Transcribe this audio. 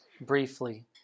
briefly